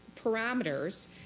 parameters